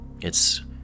It's